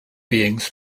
beings